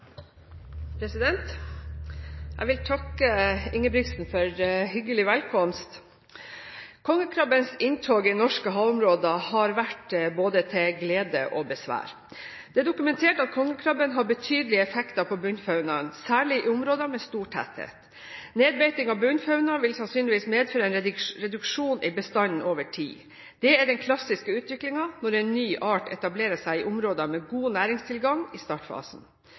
Jeg vil takke Ingebrigtsen for hyggelig velkomst. Kongekrabbens inntog i norske havområder har vært til både glede og besvær. Det er dokumentert at kongekrabben har betydelige effekter på bunnfaunaen, særlig i områder med stor tetthet. Nedbeiting av bunnfauna vil sannsynligvis medføre en reduksjon i bestanden over tid; det er den klassiske utviklingen når en ny art etablerer seg i områder med god næringstilgang i startfasen.